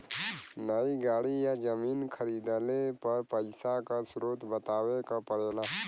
नई गाड़ी या जमीन खरीदले पर पइसा क स्रोत बतावे क पड़ेला